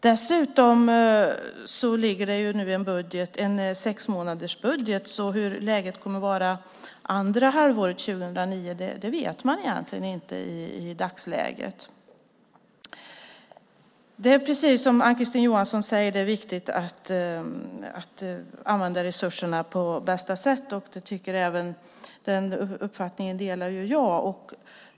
Dessutom ligger nu en sexmånadersbudget, och hur läget kommer att vara andra halvåret 2009 vet man egentligen inte i dagsläget. Det är viktigt, precis som Ann-Kristine Johansson säger, att använda resurserna på bästa sätt. Den uppfattningen delar jag.